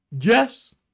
Yes